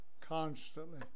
constantly